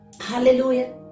Hallelujah